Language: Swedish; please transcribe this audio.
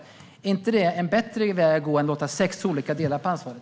Är inte det en bättre väg att gå än att låta sex olika myndigheter dela på ansvaret?